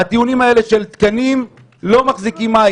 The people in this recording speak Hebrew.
הטיעונים האלה של תקנים לא מחזיקים מים,